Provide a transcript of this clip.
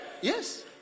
Yes